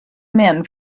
men